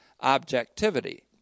objectivity